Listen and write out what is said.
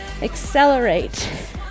Accelerate